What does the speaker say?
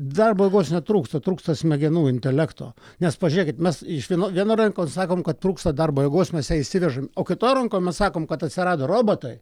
darbo jėgos netrūksta trūksta smegenų intelekto nes pažiūrėkit mes iš vienų vienoj rankon sakome kad trūksta darbo jėgos mes ją įsivežam o kitoj rankoj mes sakome kad atsirado robotai